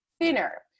thinner